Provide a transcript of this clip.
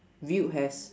viewed as